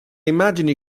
immagini